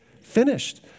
finished